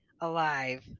alive